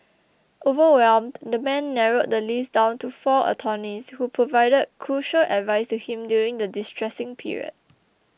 overwhelmed the man narrowed the list down to four attorneys who provided crucial advice to him during the distressing period